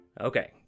Okay